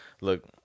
Look